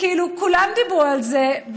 כולם דיברו על זה,